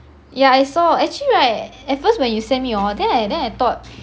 yeah I saw actually right at first when you send me hor then I then I thought